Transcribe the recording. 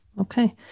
Okay